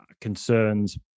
concerns